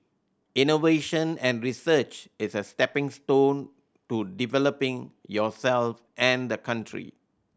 innovation and research is a stepping stone to developing yourself and the country